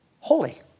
Holy